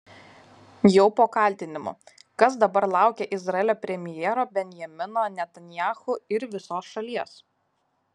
jau po kaltinimų kas dabar laukia izraelio premjero benjamino netanyahu ir visos šalies